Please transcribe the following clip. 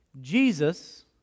Jesus